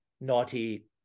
naughty